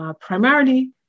primarily